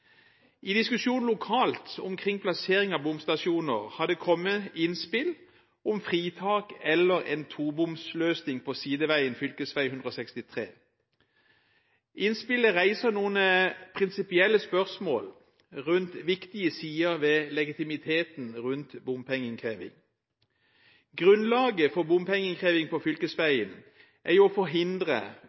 I diskusjonen lokalt omkring plassering av bomstasjoner har det kommet innspill om fritak eller en tobomsløsning – bom også på sideveien, fv. 163. Innspillet reiser noen prinsipielle spørsmål rundt viktige sider ved legitimiteten rundt bompengeinnkreving. Grunnlaget for bompengeinnkreving på fylkesveien er å forhindre